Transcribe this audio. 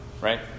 right